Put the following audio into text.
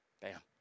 Bam